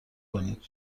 کنید